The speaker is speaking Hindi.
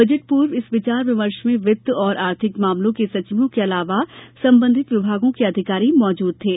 बजट पूर्व इस विचार विमर्श में वित्त और आर्थिक मामलों के सचिवों के अलावा संबंधित विभागों के अधिकारी मौजूद थे